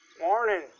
Morning